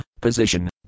Position